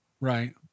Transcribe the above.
Right